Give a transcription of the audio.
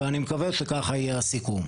ואני מקווה שכך יהיה הסיכום.